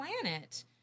planet